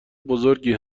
بزرگی